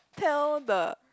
so the